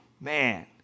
Man